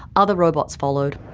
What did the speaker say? other robots followed.